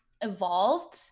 evolved